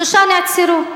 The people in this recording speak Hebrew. ושלושה נעצרו.